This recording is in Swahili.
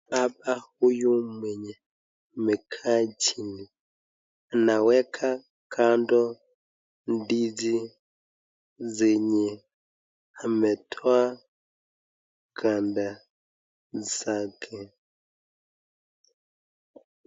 Hapa huyu mwenye amekaa chini anaweka kando ndizi zenye ametoa ganda zake.